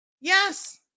Yes